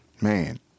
man